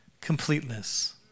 Completeness